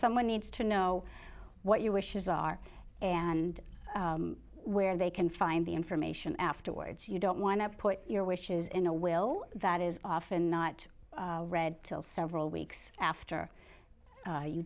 someone needs to know what your wishes are and where they can find the information afterwards you don't want to put your wishes in a will that is often not read till several weeks after